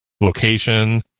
location